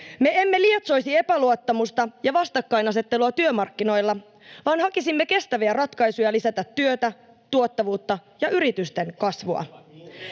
Me emme lietsoisi epäluottamusta ja vastakkainasettelua työmarkkinoilla, vaan hakisimme kestäviä ratkaisuja lisätä työtä, tuottavuutta ja yritysten kasvua.